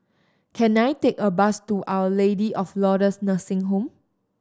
can I take a bus to Our Lady of Lourdes Nursing Home